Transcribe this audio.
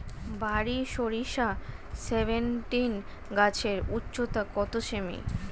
বারি সরিষা সেভেনটিন গাছের উচ্চতা কত সেমি?